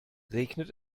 regnet